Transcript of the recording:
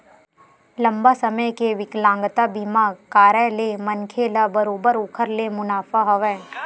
लंबा समे के बिकलांगता बीमा कारय ले मनखे ल बरोबर ओखर ले मुनाफा हवय